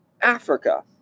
Africa